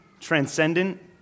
transcendent